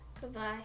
Goodbye